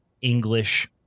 English